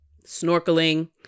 Snorkeling